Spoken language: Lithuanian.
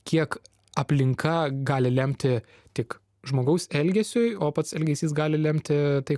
kiek aplinka gali lemti tik žmogaus elgesiui o pats elgesys gali lemti tai